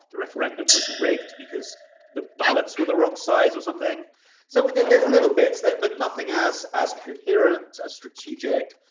the referendum was rigged because the ballots were the wrong size or something. so that there's little bits. but nothing as as coherent, as strategic,